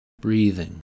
Breathing